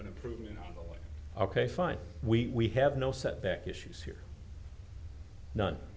an improvement ok fine we have no set back issues here not